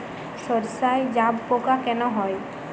সর্ষায় জাবপোকা কেন হয়?